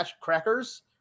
crackers